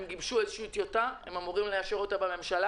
הם גיבשו איזו טיוטה שהם אמורים לאשר בממשלה